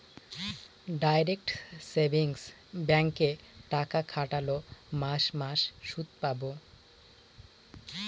direct savings ব্যাঙ্কে টাকা খাটোল মাস মাস সুদ পাবো